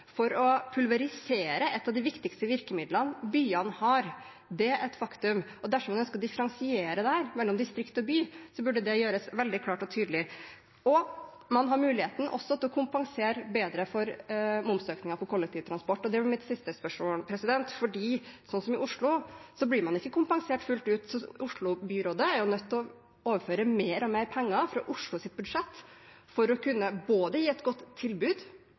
for å pulverisere ett av de viktigste virkemidlene byene har, det er et faktum – og dersom det er regjeringens intensjon at en skal differensiere mellom distrikt og by, bør det gjøres veldig klart og tydelig. Man har også muligheten til å kompensere bedre for momsøkningen på kollektivtransport – det er mitt siste spørsmål. I Oslo blir man ikke kompensert fullt ut. Byrådet i Oslo er nødt til å overføre mer og mer penger fra Oslos budsjett for å kunne både gi et godt tilbud